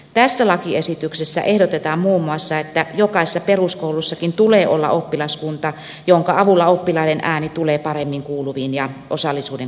tässä lakiesityksessä ehdotetaan muun muassa että jokaisessa peruskoulussakin tulee olla oppilaskunta jonka avulla oppilaiden ääni tulee paremmin kuuluviin ja osallisuuden kokemus lisääntyy